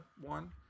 one